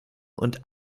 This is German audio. und